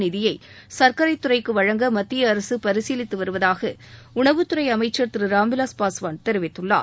நிதியை சர்க்கரை துறைக்கு வழங்க மத்திய அரசு பரிசீலித்து வருவதாக உணவுத்துறை அமைச்சர் திரு ராம்விலாஸ் பாஸ்வான் தெரிவித்துள்ளார்